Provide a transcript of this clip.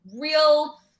real